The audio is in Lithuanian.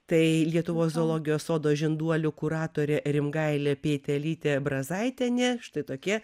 tai lietuvos zoologijos sodo žinduolių kuratorė rimgailė pėtelytė brazaitienė štai tokie